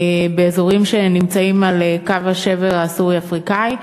באזורים שנמצאים על קו השבר הסורי-אפריקני.